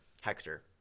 Hector